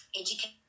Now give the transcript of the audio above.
education